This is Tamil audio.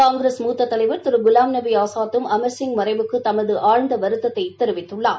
காங்கிரஸ் மூத்த தலைவர் திரு குலாம்நபி ஆஸாத் அமர்சிங் மறைவுக்கு ஆழ்ந்த வருத்தத்தை தெரிவித்துள்ளார்